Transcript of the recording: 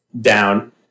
down